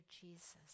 Jesus